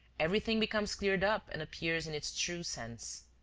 everything becomes cleared up and appears in its true sense.